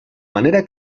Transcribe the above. manera